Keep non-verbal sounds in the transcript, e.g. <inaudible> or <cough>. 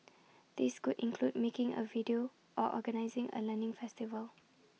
these could include making A video or organising A learning festival <noise>